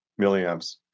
milliamps